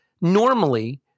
normally